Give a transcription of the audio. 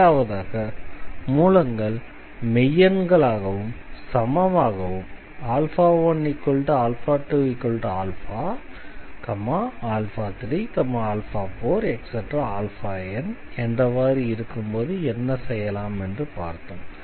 இரண்டாவதாக மூலங்கள் மெய்யெண்கள் ஆகவும் சமமாகவும் 12α34n என்றவாறு இருக்கும்போது என்ன செய்யலாம் என்று பார்த்தோம்